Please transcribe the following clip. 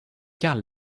karl